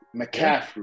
McCaffrey